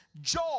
joy